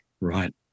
right